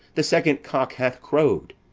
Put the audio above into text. the second cock hath crow'd,